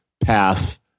path